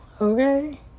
Okay